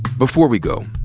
before we go,